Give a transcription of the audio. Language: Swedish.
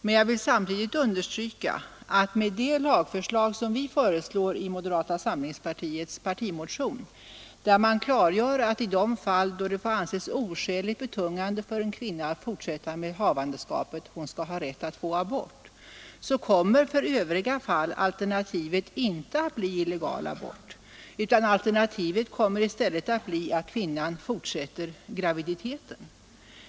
Men jag vill samtidigt understryka att med det lagförslag som vi föreslår i moderata samlingspartiets partimotion, där man klargör att i de fall det får anses oskäligt betungande för en kvinna att fortsätta med havandeskapet, hon skall ha rätt att få abort, så kommer för övriga fall alternativet inte att bli illegal abort, utan alternativet kommer att bli att kvinnan fortsätter graviditeten.